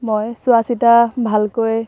মই চোৱা চিতা ভালকৈ